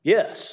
Yes